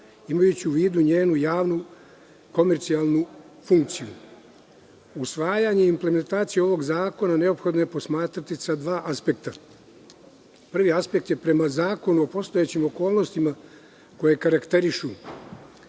imajući u vidu njenu javnu, komercijalnu funkciju. Usvajanje i implementaciju ovog zakona neophodno je posmatrati sa dva aspekta. Prvi aspekt je prema zakonu o postojećim okolnostima, koje karakterišu: